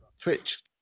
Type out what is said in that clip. Twitch